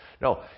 no